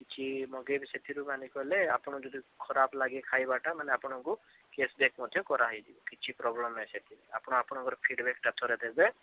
କିଛି ମଗାଇବେ ସେଥିରୁ ମାନେ କଲେ ଆପଣ ଯଦି ଖରାପ ଲାଗେ ଖାଇବାଟା ମାନେ ଆପଣଙ୍କୁ କ୍ୟାସବ୍ୟାକ୍ ମଧ୍ୟ କରାହେଇଯିବ କିଛି ପ୍ରୋବ୍ଲେମ୍ ନାଇଁ ସେଥିରେ ଆପଣ ଆପଣଙ୍କର ଫିଡ଼୍ବ୍ୟାକଟା ଥରେ ଦେବେ